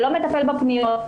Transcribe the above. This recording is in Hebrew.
שלא מטפל בפניות.